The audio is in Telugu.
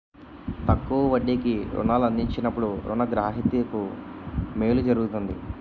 తక్కువ వడ్డీకి రుణాలు అందించినప్పుడు రుణ గ్రహీతకు మేలు జరుగుతుంది